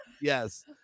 yes